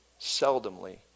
seldomly